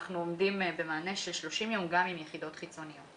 אנחנו עומדים במענה של 30 ימים גם עם יחידות חיצוניות.